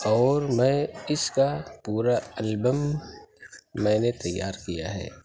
اور میں اس کا پورا البم میں نے تیار کیا ہے